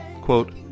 Quote